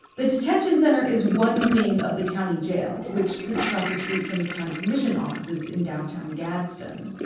the detention center is one wing of the county jail, which sits across the street from the county commission offices in downtown gadsden.